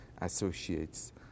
associates